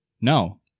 No